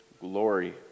glory